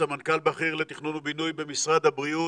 סמנכ"ל בכיר לתכנון ובינוי במשרד הבריאות.